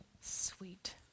Sweet